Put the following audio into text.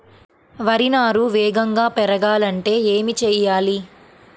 వరి నారు వేగంగా పెరగాలంటే ఏమి చెయ్యాలి?